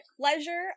pleasure